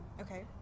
Okay